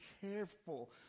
careful